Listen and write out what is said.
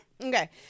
Okay